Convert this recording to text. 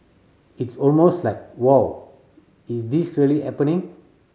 it's almost like Wow is this really happening